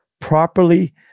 properly